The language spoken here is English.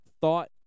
thought